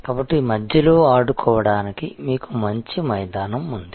కాబట్టి మధ్యలో ఆడుకోవడానికి మీకు మంచి మైదానం ఉంది